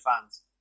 fans